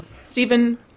Stephen